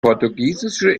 portugiesischer